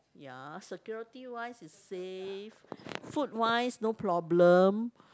ya security wise it's safe food wise no problem